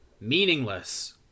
Meaningless